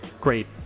great